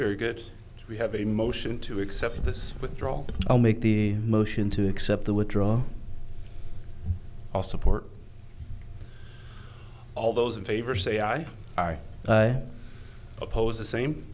very good we have a motion to accept this withdrawal i'll make the motion to accept the withdraw all support all those in favor say aye aye oppose the same